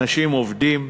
אנשים עובדים,